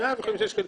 105 שקלים.